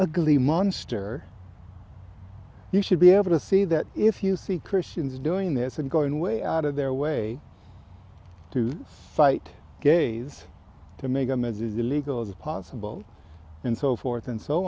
ugly monster you should be able to see that if you see christians doing this and going way out of their way to cite gays to make images illegal as possible and so forth and so